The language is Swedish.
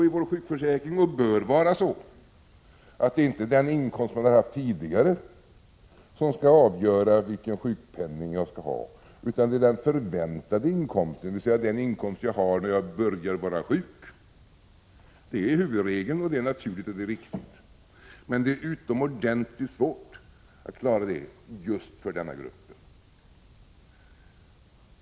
I vår sjukförsäkring är och bör det ju vara så att det inte är den inkomst jag har haft tidigare som skall avgöra vilken sjukpenning jag skall ha, utan den förväntade inkomsten, dvs. den inkomst jag har när jag börjar vara sjuk. Det är huvudregeln, och den är naturlig och riktig. Men detta är utomordenligt svårt att klara för just denna grupp.